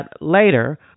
later